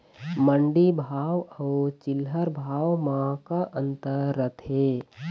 मंडी भाव अउ चिल्हर भाव म का अंतर रथे?